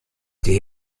die